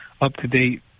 up-to-date